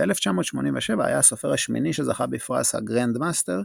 ב-1987 היה הסופר השמיני שזכה בפרס ה"גרנד מאסטר",